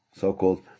so-called